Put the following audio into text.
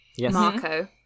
Marco